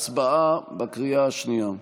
הצבעה בקריאה השנייה.